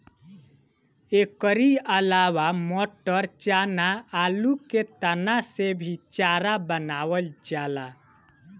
एकरी अलावा मटर, चना, आलू के तना से भी चारा बनावल जाला